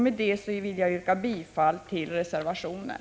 Med detta vill jag yrka bifall till reservationen.